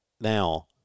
Now